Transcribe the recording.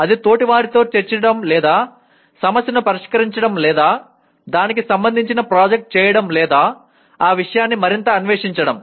అది తోటివారితో చర్చించడం లేదా సమస్యను పరిష్కరించడం లేదా దానికి సంబంధించిన ప్రాజెక్ట్ చేయడం లేదా ఆ విషయాన్ని మరింత అన్వేషించడం